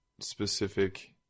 specific